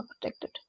protected